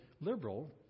liberal